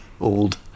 old